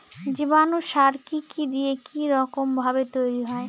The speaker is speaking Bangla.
জীবাণু সার কি কি দিয়ে কি রকম ভাবে তৈরি হয়?